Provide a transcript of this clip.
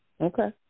Okay